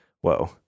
whoa